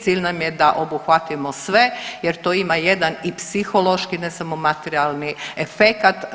Cilj nam je da obuhvatimo sve jer to ima jedan i psihološki ne samo materijalni efekat.